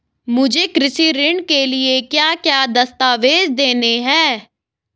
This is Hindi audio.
मुझे कृषि ऋण के लिए क्या क्या दस्तावेज़ देने हैं?